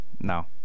no